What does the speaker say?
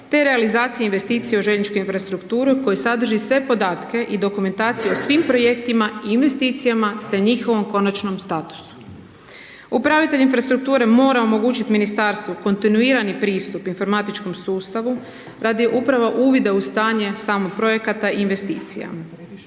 te realizacije investicija u željezničku infrastrukturu koji sadrži sve podatke i dokumentacije o svim projektima i investicijama te njihovom konačnom statusu. Upravitelji infrastrukture mora omogućiti ministarstvu kontinuirani pristup informatičkom sustavu radi upravo uvida u stanje projekata i investicija.